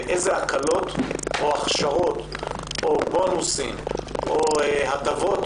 ואילו הקלות או הכשרות או בונוסים או הטבות